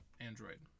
Android